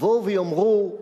יבואו ויאמרו: